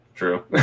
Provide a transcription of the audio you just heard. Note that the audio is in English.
true